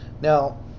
Now